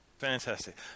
fantastic